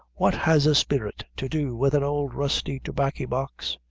what has a spirit to do with an old rusty tobaccy-box?